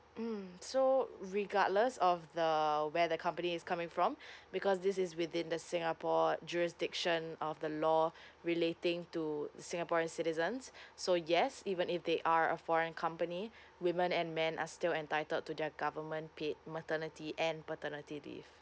mm so regardless of the where the company is coming from because this is within the singapore jurisdiction of the law relating to singaporean citizens so yes even if they are a foreign company women and men are still entitled to their government paid maternity and paternity leave